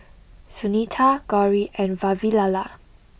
Sunita Gauri and Vavilala